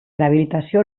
rehabilitació